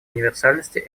универсальности